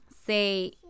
Say